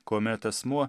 kuomet asmuo